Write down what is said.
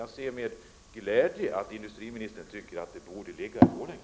Jag noterar med glädje att industriministern anser att verksamheten borde förläggas till Borlänge.